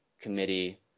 committee